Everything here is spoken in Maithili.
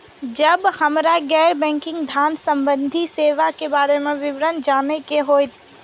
जब हमरा गैर बैंकिंग धान संबंधी सेवा के बारे में विवरण जानय के होय?